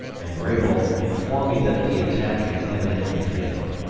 and grabel informed me that the attack had evidently failed.